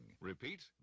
Repeat